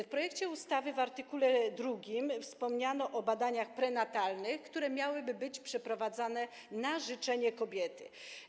W projekcie ustawy w art. 2 wspomniano o badaniach prenatalnych, które miałyby być przeprowadzane na życzenie kobiety.